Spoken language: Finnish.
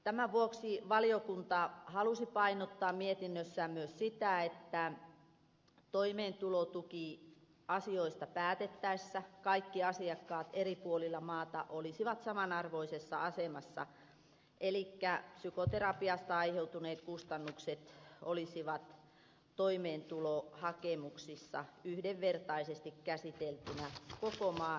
tämän vuoksi valiokunta halusi painottaa mietinnössään myös sitä että toimeentulotukiasioista päätettäessä kaikki asiakkaat eri puolilla maata olisivat samanarvoisessa asemassa elikkä psykoterapiasta aiheutuneet kustannukset olisivat toimeentulohakemuksissa yhdenvertaisesti käsiteltyinä koko maan sisässä